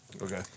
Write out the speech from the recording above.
Okay